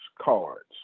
cards